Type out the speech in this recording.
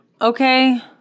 Okay